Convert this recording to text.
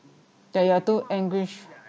that you are too anguish